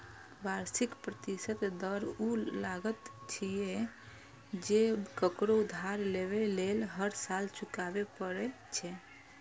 वार्षिक प्रतिशत दर ऊ लागत छियै, जे ककरो उधार लेबय लेल हर साल चुकबै पड़ै छै